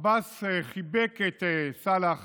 עבאס חיבק את סלאח